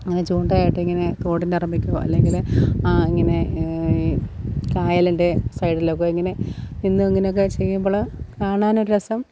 അങ്ങനെ ചൂണ്ടയുമായിട്ട് ഇങ്ങനെ തോടിന്റെ പറമ്പിലേക്ക് പോവുക അല്ലെങ്കിൽ ആ ഇങ്ങനെ കായലിന്റെ സൈഡിലൊക്കെ ഇങ്ങനെ നിന്ന് ഇങ്ങനെയൊക്കെ ചെയ്യുമ്പോൾ കാണാനൊരു രസം